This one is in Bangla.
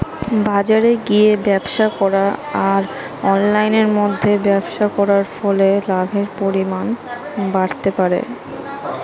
বাজারে গিয়ে ব্যবসা করা আর অনলাইনের মধ্যে ব্যবসা করার ফলে লাভের পরিমাণ বাড়তে পারে?